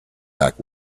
back